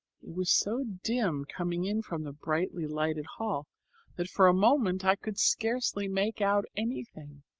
it was so dim coming in from the brightly lighted hall that for a moment i could scarcely make out anything